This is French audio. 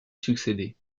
succéder